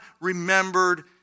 remembered